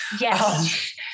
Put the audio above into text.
Yes